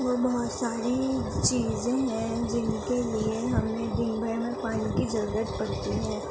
اور بہت ساری چیزیں ہیں جن کے لیے ہمیں دن بھر میں پانی کی ضرورت پڑتی ہے